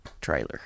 trailer